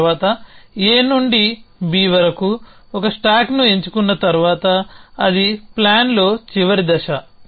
ఆ తర్వాత A నుండి B వరకు ఒక స్టాక్ను ఎంచుకున్న తర్వాత అది ప్లాన్లో చివరి దశ